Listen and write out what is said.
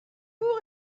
vous